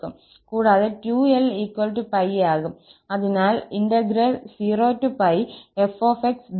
കൂടാതെ 2𝑙𝜋 ആകും അതിനാൽ 0𝜋𝑓𝑥𝑑𝑥 ആണ്